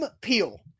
Peel